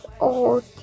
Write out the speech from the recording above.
old